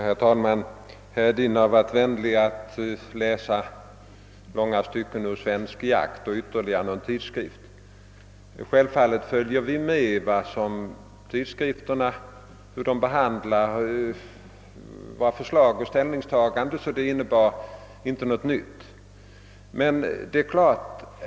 Herr talman! Herr Hedin har varit vänlig att läsa långa stycken ur Svensk Jakt och ytterligare någon tidskrift. Självfallet följer vi med hur tidskrifterna behandlar våra förslag och ställningstaganden; därför innebar inte uppläsningen något nytt.